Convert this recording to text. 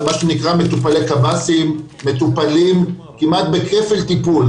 שנקרא מטופלי -- -מטופלים כמעט בכפל טיפול,